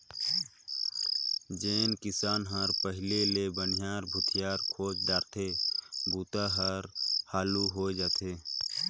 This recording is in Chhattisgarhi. जेन किसान हर पहिले ले बनिहार भूथियार खोएज डारथे बूता हर हालू होवय जाथे